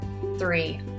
Three